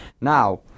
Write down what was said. now